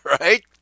right